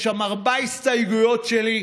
יש שם ארבע הסתייגויות שלי,